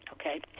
okay